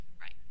Right